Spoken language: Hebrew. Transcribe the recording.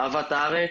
אהבת הארץ,